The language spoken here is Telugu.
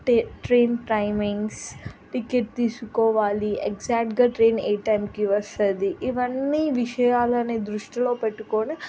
టే ట్రైన్ టైమింగ్స్ టికెట్ తీసుకోవాలి ఎగ్జాక్ట్గా ట్రైన్ ఏ టైంకి వస్తుంది ఇవన్నీ విషయాలని దృష్టిలో పెట్టుకుని